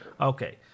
okay